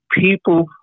people